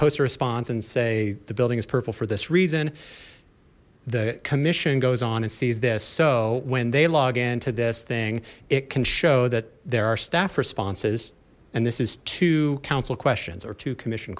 post a response and say the building is purple for this reason the commission goes on and sees this so when they log into this thing it can show that there are staff responses and this is two council questions or two commission